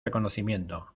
reconocimiento